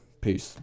Peace